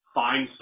find